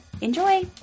Enjoy